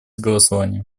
голосования